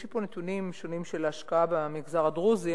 יש לי פה נתונים שונים של השקעה במגזר הדרוזי.